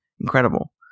incredible